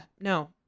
no